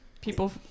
people